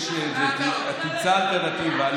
תמצא אלטרנטיבה.